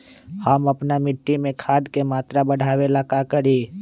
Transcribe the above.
हम अपना मिट्टी में खाद के मात्रा बढ़ा वे ला का करी?